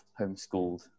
homeschooled